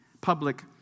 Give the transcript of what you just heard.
Public